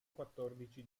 quattordici